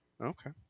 Okay